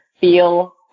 feel